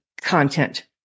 content